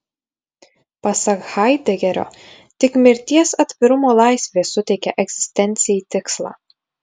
pasak haidegerio tik mirties atvirumo laisvė suteikia egzistencijai tikslą